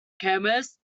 chemist